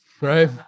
Right